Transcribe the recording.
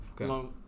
Okay